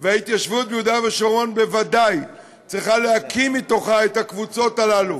וההתיישבות ביהודה ושומרון בוודאי צריכה להקיא מתוכה את הקבוצות האלה,